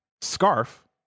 Scarf